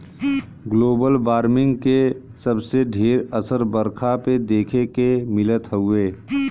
global warming के सबसे ढेर असर बरखा पे देखे के मिलत हउवे